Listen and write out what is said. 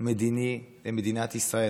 מדיני למדינת ישראל.